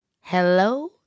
Hello